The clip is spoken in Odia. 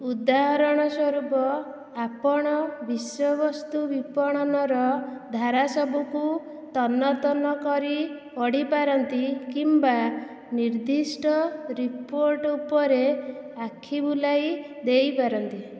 ଉଦାହରଣ ସ୍ୱରୂପ ଆପଣ ବିଷୟବସ୍ତୁ ବିପଣନର ଧାରା ସବୁକୁ ତନ୍ନତନ୍ନ କରି ପଢ଼ିପାରନ୍ତି କିମ୍ବା ନିର୍ଦ୍ଦିଷ୍ଟ ରିପୋର୍ଟ ଉପରେ ଆଖି ବୁଲାଇ ଦେଇପାରନ୍ତି